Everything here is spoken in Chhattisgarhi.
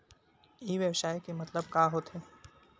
ई व्यवसाय के मतलब का होथे?